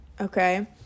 okay